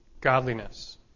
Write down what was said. godliness